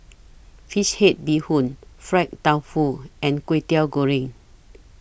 Fish Head Bee Hoon Fried Tofu and Kway Teow Goreng